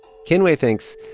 kinue thinks,